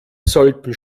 sollten